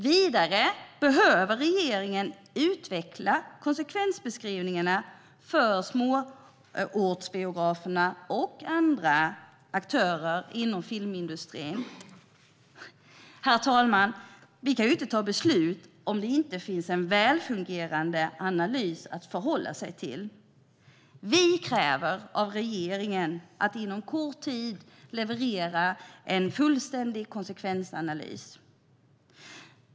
Vidare behöver regeringen utveckla konsekvensbeskrivningarna för småortsbiograferna och andra aktörer inom filmindustrin. Herr talman! Vi kan ju inte ta beslut om det inte finns en välgrundad analys att förhålla sig till. Vi kräver av regeringen att inom kort tid leverera en fullständig konsekvensanalys.